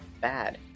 Bad